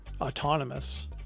autonomous